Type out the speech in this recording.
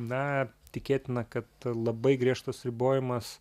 na tikėtina kad labai griežtas ribojimas